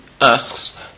asks